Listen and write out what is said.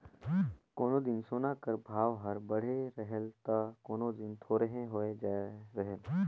कोनो दिन सोना कर भाव हर बढ़े रहेल ता कोनो दिन थोरहें होए जाए रहेल